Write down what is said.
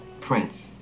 Prince